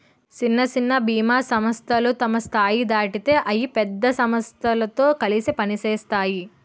సిన్న సిన్న బీమా సంస్థలు తమ స్థాయి దాటితే అయి పెద్ద సమస్థలతో కలిసి పనిసేత్తాయి